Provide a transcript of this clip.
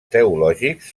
teològics